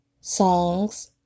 songs